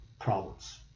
problems